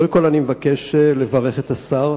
קודם כול, אני מבקש לברך את השר